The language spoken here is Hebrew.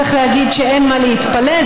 צריך להגיד שאין מה להתפלא.